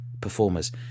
performers